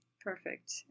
Perfect